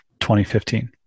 2015